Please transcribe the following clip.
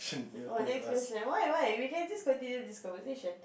oh next question why why we can just continue this conversation